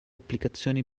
applicazioni